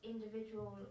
individual